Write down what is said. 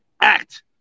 act